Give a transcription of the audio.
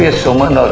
ah suman,